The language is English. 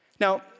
Now